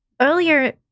Earlier